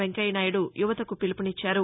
వెంకయ్య నాయుడు యువతకు పిలుపునిచ్చారు